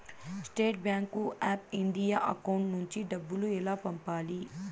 State Bank of India account నుంచి డబ్బులు ఎలా పంపాలి?